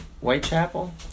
Whitechapel